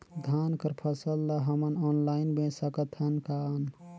धान कर फसल ल हमन ऑनलाइन बेच सकथन कौन?